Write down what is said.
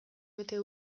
bete